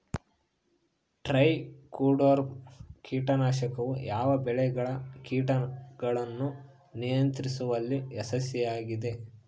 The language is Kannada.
ಟ್ರೈಕೋಡರ್ಮಾ ಕೇಟನಾಶಕವು ಯಾವ ಬೆಳೆಗಳ ಕೇಟಗಳನ್ನು ನಿಯಂತ್ರಿಸುವಲ್ಲಿ ಯಶಸ್ವಿಯಾಗಿದೆ?